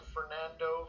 Fernando